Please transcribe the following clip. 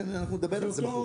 אנחנו עושים הפסקה.